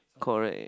correct